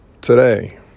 today